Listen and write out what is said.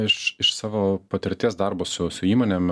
iš iš savo patirties darbo su su įmonėm